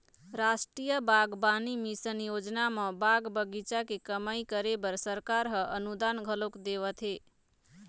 रास्टीय बागबानी मिसन योजना म बाग बगीचा के कमई करे बर सरकार ह अनुदान घलोक देवत हे